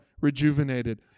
rejuvenated